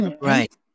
right